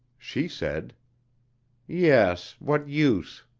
she said yes, what use?